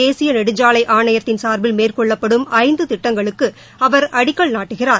தேசிய நெடுஞ்சாலை ஆணையத்தின் சார்பில் மேற்கொள்ளப்படும் ஐந்து திட்டங்களுக்கு அவர் அடிக்கல் நாட்டுகிறார்